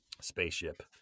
spaceship